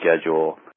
schedule